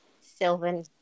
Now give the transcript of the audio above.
Sylvan